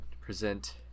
present